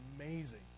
amazing